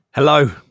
Hello